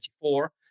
four